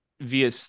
via